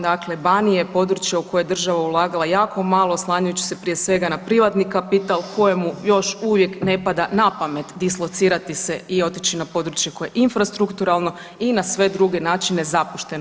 Dakle, Banije područja u koje je država ulagala jako malo oslanjajući se prije svega na privatni kapital kojemu još uvijek ne pada na pamet dislocirati se i otići na područje koje je infrastrukturalno i na sve druge načine zapušteno.